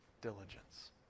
diligence